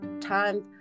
time